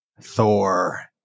Thor